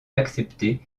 l’accepter